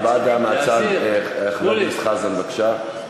לוועדת חוץ וביטחון.